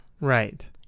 Right